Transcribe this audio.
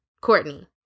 Courtney